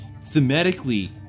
thematically